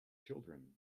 children